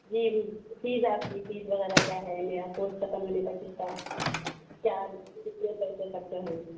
جی fees آپ کی fees وغیرہ کیا ہے میرا کورس ختم ہونے تک کا کیا کتنے پیسے خرچہ ہیں